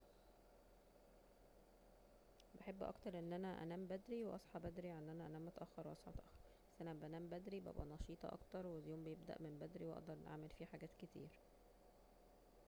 بحب اكتر أن أنا انام بدري واصحى بدري عن أن أنا انام متاخر واصحى متأخر بس انا بنام بدري يبقا نشيطة اكتر واليوم بيبدأ من بدري واقدر اعمل فيه حاجات كتير